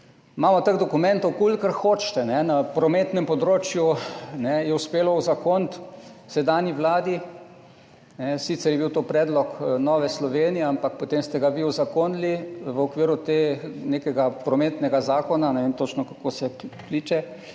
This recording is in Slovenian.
imamo teh dokumentov, kolikor hočete. Na prometnem področju je uspelo uzakoniti sedanji vladi, sicer je bil to predlog Nove Slovenije, ampak potem ste ga vi uzakonili v okviru nekega prometnega zakona, ne vem točno, kako se imenuje,